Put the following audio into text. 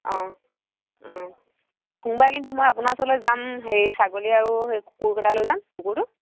অঁ অঁ সোমবাৰে কিন্তু মই আপোনাৰ ওচৰলৈ যাম হেৰি ছাগলী আৰু সেই কুকুৰকেইটা লৈ যাম কুকুৰটো